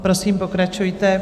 Prosím, pokračujte.